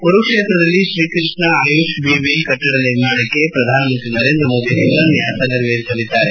ಕುರುಕ್ಷೇತ್ರದಲ್ಲಿ ಶ್ರೀ ಕೃಷ್ಣ ಆಯುಷ್ ವಿವಿ ಕಟ್ಟಡ ನಿರ್ಮಾಣಕ್ಕೆ ಪ್ರಧಾನಮಂತ್ರಿ ನರೇಂದ್ರ ಮೋದಿ ಶಿಲಾನ್ಯಾಸ ನೆರವೇರಿಸಲಿದ್ದಾರೆ